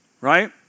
right